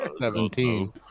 Seventeen